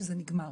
וזה שזה נגמר.